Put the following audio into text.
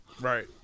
right